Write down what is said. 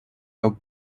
how